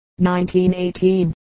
1918